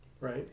Right